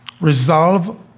Resolve